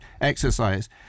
exercise